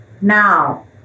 Now